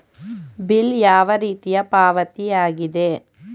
Bill ಯಾವ ರೀತಿಯ ಪಾವತಿಯಾಗಿದೆ?